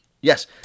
Yes